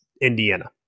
Indiana